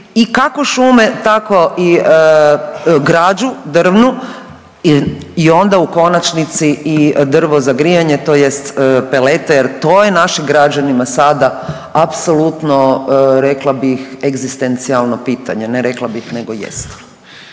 i kako šume, tako i građu drvnu i onda u konačnici i drvo za grijanje, tj. pelete jer to je našim građanima sada apsolutno, rekla bih, egzistencijalno pitanje, ne rekla bih, nego jest.